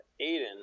Aiden